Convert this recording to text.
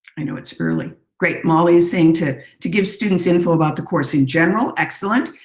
i know it's early. great. molly is saying to to give students info about the course in general. excellent.